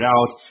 out